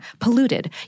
polluted